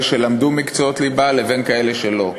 שלמדו מקצועות ליבה לבין כאלה שלא,